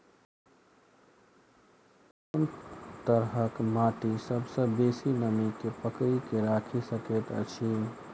कोन तरहक माटि सबसँ बेसी नमी केँ पकड़ि केँ राखि सकैत अछि?